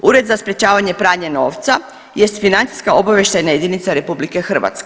Ured za sprječavanje pranja novca jest financijska obavještajna jedinica RH.